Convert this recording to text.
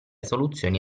soluzioni